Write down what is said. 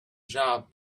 job